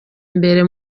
mbere